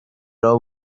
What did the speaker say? راه